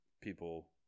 people